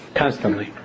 constantly